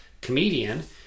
comedian